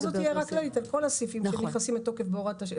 ההערה הזאת היא הערה כללית על כל הסעיפים שנכנסים לתוקף בהוראת שעה.